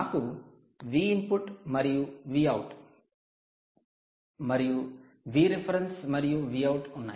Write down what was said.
నాకు Vip మరియు Vout మరియు Vref మరియు Vout ఉన్నాయి